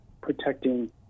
protecting